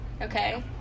Okay